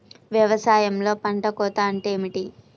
వ్యవసాయంలో పంట కోత అంటే ఏమిటి?